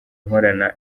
nkorana